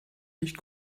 nicht